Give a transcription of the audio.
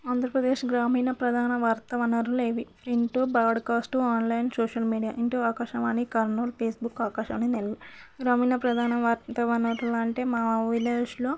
ఆంధ్రప్రదేశ్ గ్రామీణ ప్రధాన వార్తా వనరులేవి print broadcast online social media ఇంటూ ఆకాశవాణి కర్నూలు ఫేస్బుక్ ఆకాశవాణి నెల్లూరు గ్రామీణ ప్రధాన వార్తా వనురులంటే మా విలేజ్లో